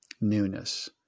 newness